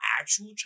actual